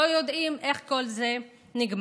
לא יודעים איך כל זה ייגמר.